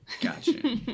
Gotcha